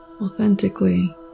authentically